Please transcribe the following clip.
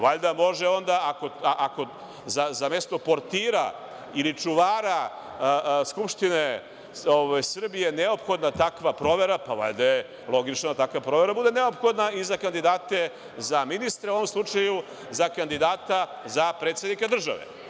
Valjda može onda ako za mesto portira ili čuvara Skupštine Srbije neophodna takva provera, pa valjda je logično da takva provera bude neophodna i za kandidate za ministre, u ovom slučaju za kandidata za predsednika države.